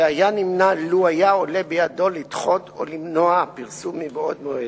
שהיה נמנע לו עלה בידו לדחות או למנוע פרסום מבעוד מועד.